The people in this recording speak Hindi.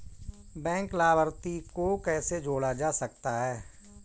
बैंक लाभार्थी को कैसे जोड़ा जा सकता है?